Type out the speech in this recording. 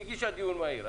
היא הגישה דיון מהיר.